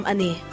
Ani